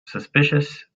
suspicious